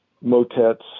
motets